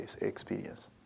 experience